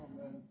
Amen